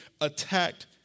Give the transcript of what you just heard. attacked